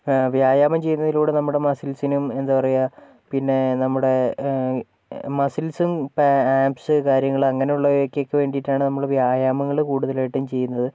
വ്യായാമം ചെയ്യുന്നതിലൂടെ നമ്മുടെ മസ്സിൽസിനും എന്താ പറയുക പിന്നെ നമ്മുടെ മസ്സിൽസും പാംസ് കാര്യങ്ങൾ അങ്ങനെ ഉള്ളവയ്ക്കൊക്കെ വേണ്ടിയിട്ടാണ് നമ്മൾ വ്യായാമങ്ങൾ കൂടുതലായിട്ടും ചെയ്യുന്നത്